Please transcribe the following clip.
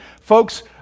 Folks